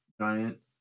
giant